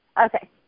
Okay